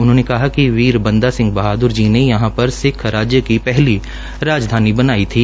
उन्होंने कहा कि वीर बंदा बहादर जी ने यहां पर सिक्ख राज्य की पहली राजधानी बनाई थी